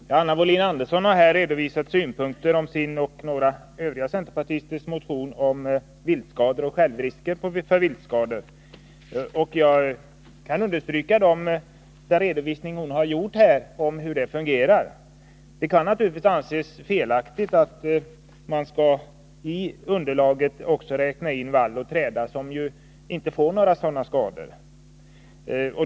Herr talman! Anna Wohlin-Andersson har här redovisat synpunkter på sin och några andra centerpartisters motion om viltskador och självrisker för vissa viltskador. Jag kan understryka den redovisning hon har lämnat här om hur det fungerar på det området. Det kan naturligtvis anses felaktigt att i underlaget också räkna in vall och träda, som ju inte får motsvarande skador.